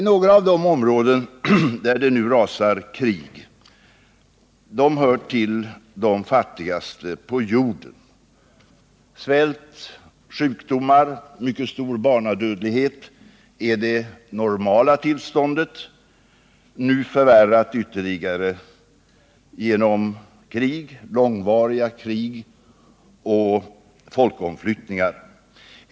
Några av de områden, där det nu rasar krig, hör till de fattigaste på jorden. Svält, sjukdomar och mycket stor barnadödlighet är det normala tillståndet, nu förvärrat ytterligare genom långvariga krig och folkomflyttningar.